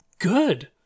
Good